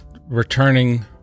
returning